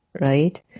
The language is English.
right